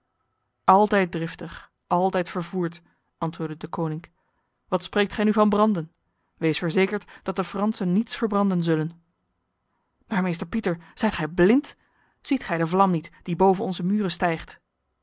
gij zijt altijd driftig altijd vervoerd antwoordde deconinck wat spreekt gij nu van branden wees verzekerd dat de fransen niets verbranden zullen maar meester pieter zijt gij blind ziet gij de vlam niet die boven onze muren stijgt